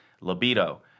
libido